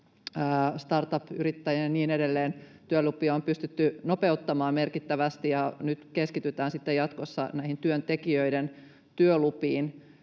startup-yrittäjien ja niin edelleen työlupia on pystytty nopeuttamaan merkittävästi ja nyt keskitytään sitten jatkossa työntekijöiden työlupiin.